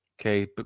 Okay